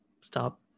stop